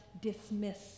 dismiss